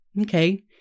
Okay